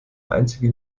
einzige